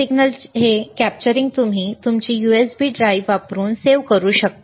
सिग्नलचे हे कॅप्चरिंग तुम्ही तुमची USB ड्राइव्ह वापरून सेव्ह करू शकता